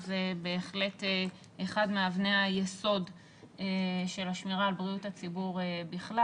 זה בהחלט אחד מאבני היסוד של השמירה על בריאות הציבור בכלל.